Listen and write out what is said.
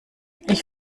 ich